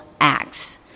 acts